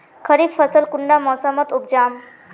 खरीफ फसल कुंडा मोसमोत उपजाम?